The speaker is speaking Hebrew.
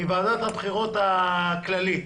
מוועדת הבחירות הכללית,